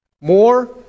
more